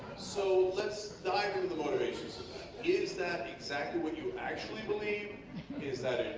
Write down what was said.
so let's dive into the motivations is that exactly what you actually believe is that